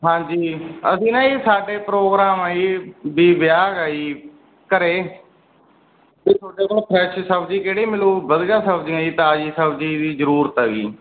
ਹਾਂਜੀ ਅਸੀਂ ਨਾ ਜੀ ਸਾਡੇ ਪ੍ਰੋਗਰਾਮ ਹੈ ਜੀ ਵੀ ਵਿਆਹ ਹੈਗਾ ਜੀ ਘਰ ਅਤੇ ਤੁਹਾਡੇ ਕੋਲੋਂ ਫਰੈਸ਼ ਸਬਜ਼ੀ ਕਿਹੜੀ ਮਿਲੂ ਵਧੀਆ ਸਬਜ਼ੀਆਂ ਜੀ ਤਾਜ਼ੀ ਸਬਜ਼ੀ ਦੀ ਜ਼ਰੂਰਤ ਆ ਜੀ